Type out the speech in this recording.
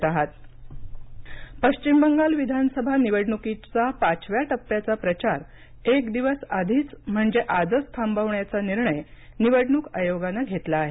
पश्चिम बंगाल पश्चिम बंगाल विधानसभा निवडणुकीचा पाचव्या टप्प्याचा प्रचार एक दिवस आधीच म्हणजेच आजच थांबवण्याचा निर्णय निवडणूक आयोगानं घेतला आहे